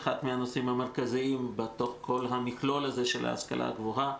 אחד מהנושאים המרכזיים בתוך כל המכלול הזה של ההשכלה הגבוהה.